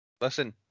Listen